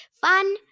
Fun